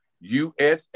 usa